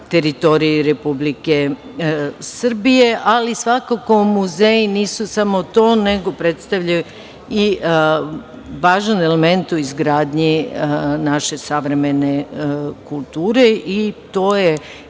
teritoriji Republike Srbije. Svakako, muzeji nisu samo to, nego predstavljaju i važan element u izgradnji naše savremene kulture i to je